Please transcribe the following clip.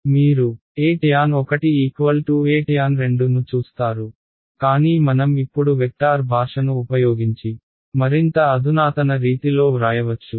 మీరు E tan1 Etan2 ను చూస్తారు కానీ మనం ఇప్పుడు వెక్టార్ భాషను ఉపయోగించి మరింత అధునాతన రీతిలో వ్రాయవచ్చు